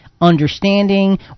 understanding